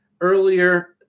earlier